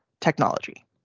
technology